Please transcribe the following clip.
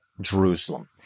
Jerusalem